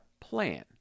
plan